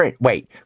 wait